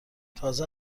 تازه